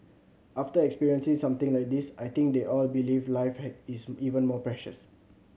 after experiencing something like this I think they all believe life is even more precious